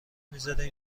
میزدن